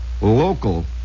local